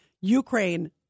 Ukraine